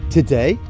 Today